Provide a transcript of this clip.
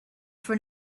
for